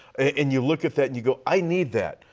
and you look at that and you go i need that.